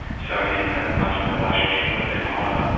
so he didn't have much of a relationship with them either.